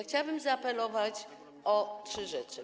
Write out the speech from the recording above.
Chciałabym zaapelować o trzy rzeczy.